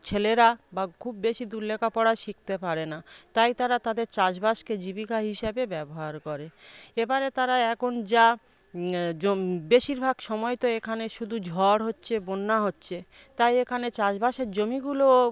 ছেলেরা বা খুব বেশি দূর লেখাপড়া শিখতে পারে না তাই তারা তাদের চাষবাসকে জীবিকা হিসেবে ব্যবহার করে এবারে তারা এখন যা জম বেশিরভাগ সময় তো এখানে শুধু ঝড় হচ্ছে বন্যা হচ্ছে তাই এখানে চাষবাসের জমিগুলোও